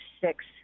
six